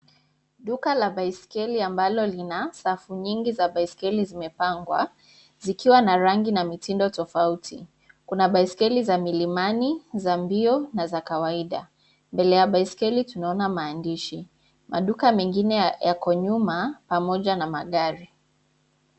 Duka la baiskeli ambalo lina safu nyingi za baiskeli zimepangwa zikiwa na rangi na mitindo tofauti. Kuna baiskeli za milimani za mbio na za kawaida. Mbele ya baiskeli tunaona maandishi. Maduka mengine yako nyuma pamoja na magari.